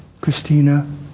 Christina